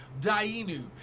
Dainu